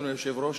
אדוני היושב-ראש,